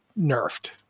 nerfed